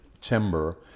timber